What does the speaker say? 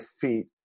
feet